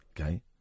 Okay